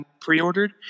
pre-ordered